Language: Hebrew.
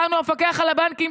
המפקח על הבנקים